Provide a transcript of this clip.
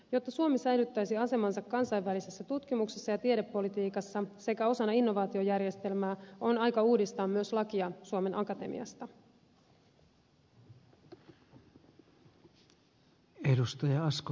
jotta suomi säilyttäisi asemansa kansainvälisessä tutkimuksessa ja tiedepolitiikassa sekä osana innovaatiojärjestelmää on aika uudistaa myös lakia suomen akatemiasta